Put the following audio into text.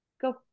Go